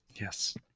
Yes